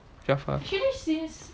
sharfaa